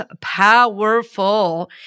powerful